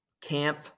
Camp